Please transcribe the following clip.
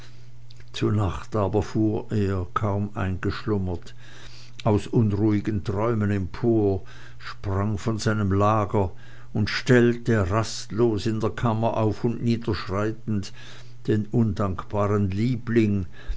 nacht aber fuhr er kaum eingeschlummert aus unruhigen träumen empor sprang von seinem lager und stellte rastlos in der kammer auf und nieder schreitend den undankbaren liebling